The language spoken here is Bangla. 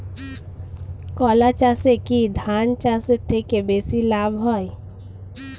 কলা চাষে কী ধান চাষের থেকে বেশী লাভ হয়?